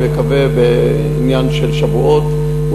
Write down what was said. זה עניין של שבועות.